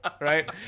right